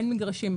אין מגרשים.